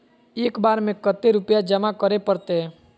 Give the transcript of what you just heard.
एक बार में कते रुपया जमा करे परते?